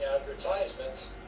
advertisements